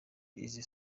izi